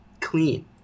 clean